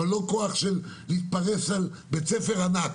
אבל לא כוח להתפרש על בית ספר ענק,